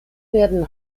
werden